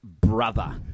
brother